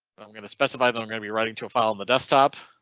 i'm going to specify that i'm going to be writing to a file on the desktop.